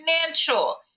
financial